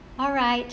alright